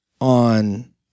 on